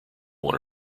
one